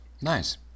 Nice